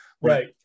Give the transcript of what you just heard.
Right